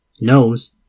nose